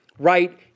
Right